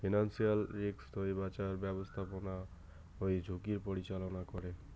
financial risk থুই বাঁচার ব্যাপস্থাপনা হই ঝুঁকির পরিচালনা করে